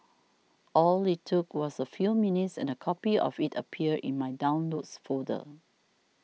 all it took was a few minutes and a copy of it appeared in my Downloads folder